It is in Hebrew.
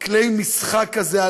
כלי משחק כזה,